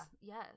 Yes